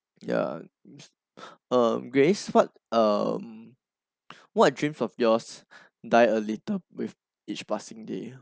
ya uh grace what um what dream of your die a little with each passing day